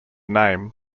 name